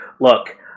look